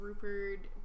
Rupert